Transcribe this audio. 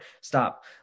stop